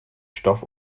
stoff